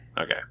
Okay